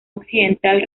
occidental